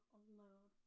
alone